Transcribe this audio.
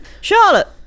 charlotte